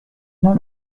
dans